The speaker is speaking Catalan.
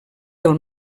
del